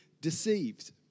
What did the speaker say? deceived